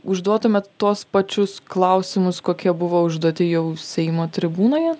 užduotumėt tuos pačius klausimus kokie buvo užduoti jau seimo tribūnoje